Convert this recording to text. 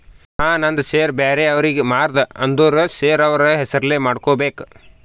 ನಾ ನಂದ್ ಶೇರ್ ಬ್ಯಾರೆ ಅವ್ರಿಗೆ ಮಾರ್ದ ಅಂದುರ್ ಶೇರ್ ಅವ್ರ ಹೆಸುರ್ಲೆ ಮಾಡ್ಕೋಬೇಕ್